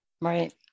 Right